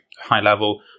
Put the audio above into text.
high-level